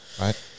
right